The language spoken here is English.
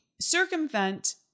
circumvent